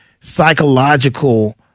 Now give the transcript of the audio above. psychological